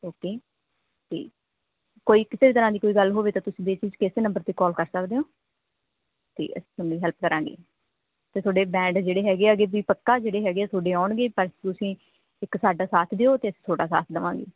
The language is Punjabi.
ਓਕੇ ਅਤੇ ਕੋਈ ਕਿਸੇ ਵੀ ਤਰ੍ਹਾਂ ਦੀ ਕੋਈ ਗੱਲ ਹੋਵੇ ਤਾਂ ਤੁਸੀਂ ਬੇਸ਼ੱਕ ਇਸ ਨੰਬਰ 'ਤੇ ਕੋਲ ਕਰ ਸਕਦੇ ਹੋ ਅਤੇ ਅਸੀਂ ਤੁਹਾਨੂੰ ਹੈਲਪ ਕਰਾਂਗੇ ਅਤੇ ਤੁਹਾਡੇ ਬੈਂਡ ਜਿਹੜੇ ਹੈਗੇ ਹੈਗੇ ਵੀ ਪੱਕਾ ਜਿਹੜੇ ਹੈਗੇ ਤੁਹਾਡੇ ਆਉਣਗੇ ਪਰ ਤੁਸੀਂ ਇੱਕ ਸਾਡਾ ਸਾਥ ਦਿਓ ਅਤੇ ਅਸੀਂ ਤੁਹਾਡਾ ਸਾਥ ਦੇਵਾਂਗੇ